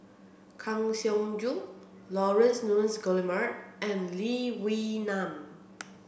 Kang Siong Joo Laurence Nunns Guillemard and Lee Wee Nam